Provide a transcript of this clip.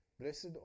Blessed